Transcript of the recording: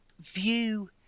view